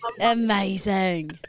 Amazing